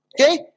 Okay